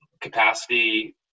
capacity